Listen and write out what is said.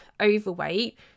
overweight